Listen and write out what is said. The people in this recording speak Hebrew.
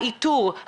האיתור,